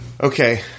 Okay